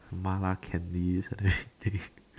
malay candies and things